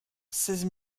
seize